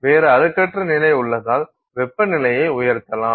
வேறு அழுக்கற்ற நிலை உள்ளதால் வெப்பநிலையை உயர்த்தலாம்